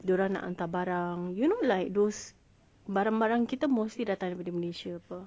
dia orang nak hantar barang you know like those barang-barang kita mostly datang dari malaysia [pe]